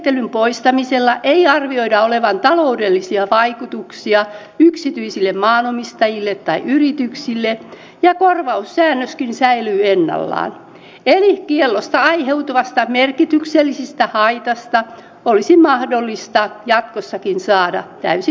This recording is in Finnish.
rajausmenettelyn poistamisella ei arvioida olevan taloudellisia vaikutuksia yksityisille maanomistajille tai yrityksille ja korvaussäännöskin säilyy ennallaan eli kiellosta aiheutuvasta merkityksellisestä haitasta olisi mahdollista jatkossakin saada täysi korvaus valtiolta